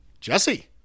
Jesse